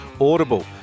Audible